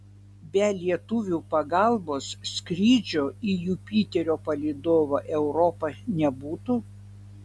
be lietuvių pagalbos skrydžio į jupiterio palydovą europą nebūtų